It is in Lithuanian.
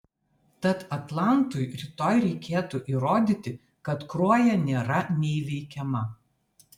tad atlantui rytoj reikėtų įrodyti kad kruoja nėra neįveikiama